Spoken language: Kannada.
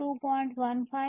15